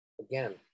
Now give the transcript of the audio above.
Again